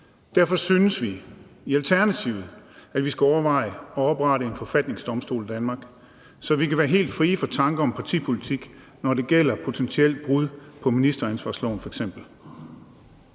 Derfor synes vi i Alternativet, at vi skal overveje at oprette en forfatningsdomstol i Danmark, så vi kan være helt frie for tanker om partipolitik, når det gælder potentielt brud på f.eks. ministeransvarsloven.